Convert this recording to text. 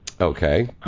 Okay